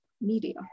media